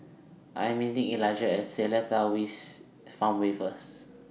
I Am meeting Elijah At Seletar East Farmway First